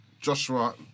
Joshua